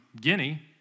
Guinea